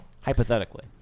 Hypothetically